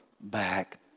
back